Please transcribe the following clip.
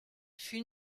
fut